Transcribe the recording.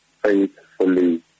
faithfully